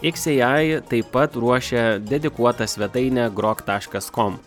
xai taip pat ruošia dedikuotą svetainę grok taškas kom